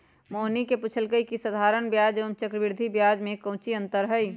मोहिनी ने पूछल कई की साधारण ब्याज एवं चक्रवृद्धि ब्याज में काऊची अंतर हई?